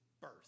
Birth